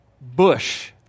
bush